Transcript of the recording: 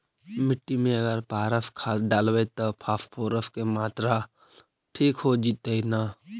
मिट्टी में अगर पारस खाद डालबै त फास्फोरस के माऋआ ठिक हो जितै न?